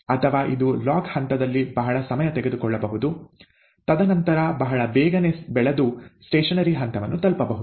ಅಥವಾ ಇದು ಲ್ಯಾಗ್ ಹಂತದಲ್ಲಿ ಬಹಳ ಸಮಯ ತೆಗೆದುಕೊಳ್ಳಬಹುದು ತದನಂತರ ಬಹಳ ಬೇಗನೆ ಬೆಳೆದು ಸ್ಟೇಶನರಿ ಹಂತವನ್ನು ತಲುಪಬಹುದು